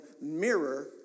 mirror